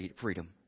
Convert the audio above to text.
freedom